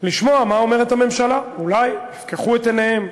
לשמוע מה אומרת הממשלה, אולי יפקחו את עיניהם,